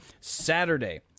Saturday